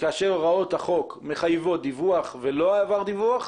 כאשר הוראות החוק מחייבות דיווח ולא העברתם דיווח,